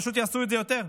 פשוט יעשו את זה יותר.